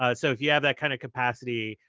ah so if you have that kind of capacity,